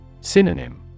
Synonym